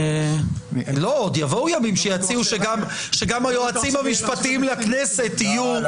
עוד יבואו ימים שיציעו שגם היועצים המשפטיים לכנסת יהיו ככה.